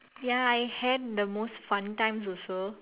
ya I had the most fun times also